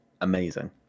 amazing